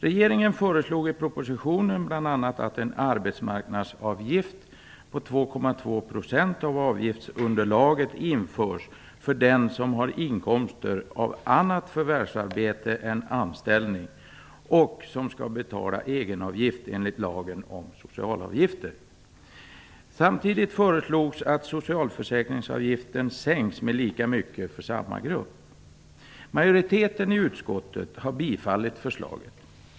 Regeringen föreslog i propositionen att bl.a. en arbetsmarknadsavgift på 2,2 % av avgiftsunderlaget införs för den som har inkomster av annat förvärvsarbete än anställning och som skall betala egenavgifter enligt lagen om socialavgifter. Samtidigt föreslogs att socialförsäkringsavgiften sänks med lika mycket för samma grupp. Majoriteten i utskottet har tillstyrkt förslaget.